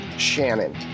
Shannon